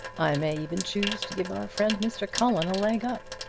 i may even choose to give our friend mr. cullen a leg up.